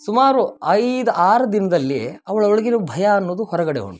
ಸುಮಾರು ಐದು ಆರು ದಿನದಲ್ಲಿ ಅವ್ಳು ಅವ್ಳ್ಗ ಇರೋ ಭಯ ಅನ್ನದು ಹೊರಗಡೆ ಹೊಂಟ್ತು